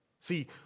See